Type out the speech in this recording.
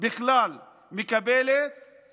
מקבלת ככלל,